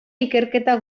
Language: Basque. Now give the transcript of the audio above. ikerketa